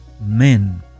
men